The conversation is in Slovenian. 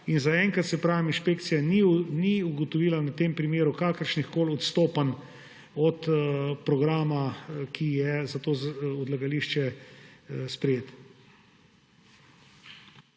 In zaenkrat inšpekcija ni ugotovila na tem primeru kakršnihkoli odstopanj od programa, ki je za to odlagališče sprejet.